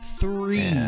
Three